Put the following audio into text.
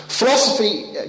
Philosophy